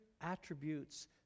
attributes